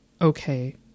okay